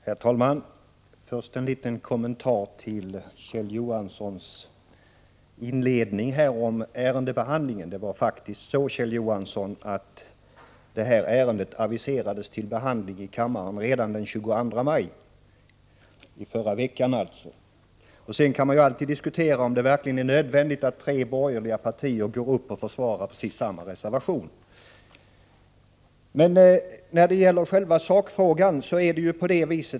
Herr talman! Först en liten kommentar till Kjell Johanssons inledning om ärendebehandlingen. Det är faktiskt så, Kjell Johansson, att detta ärende aviserades till behandling i kammaren den 22 maj, alltså i förra veckan. Sedan kan man alltid diskutera om det verkligen är nödvändigt att representanter för tre borgerliga partier går upp och försvarar precis samma reservation. Sedan till själva sakfrågan.